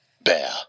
bear